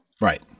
Right